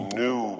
new